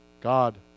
God